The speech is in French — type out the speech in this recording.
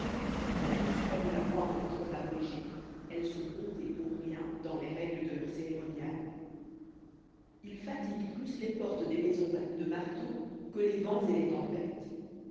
mais comme la voie en est trop abrégée elles sont comptées pour rien dans les règles de leur cérémonial ils fatiguent plus les portes des maisons à coups de marteau que les vents et les tempêtes